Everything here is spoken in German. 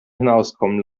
hinauskommen